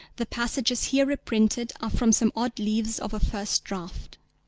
the passages here reprinted are from some odd leaves of a first draft.